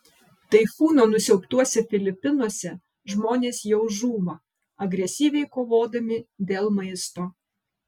taifūno nusiaubtuose filipinuose žmonės jau žūva agresyviai kovodami dėl maisto